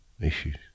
issues